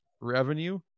revenue